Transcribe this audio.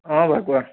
অ বা কোৱা